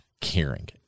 caring